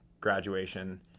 graduation